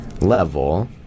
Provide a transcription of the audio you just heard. level